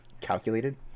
calculated